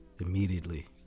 immediately